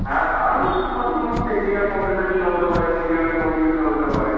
হ্যাঁ আরও হয়তো কোনো টেকনিক্যাল প্রবলেমের জন্য হতে পারে সিগনালের প্রবলেমের জন্য হতে পারে